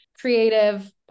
creative